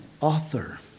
author